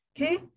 okay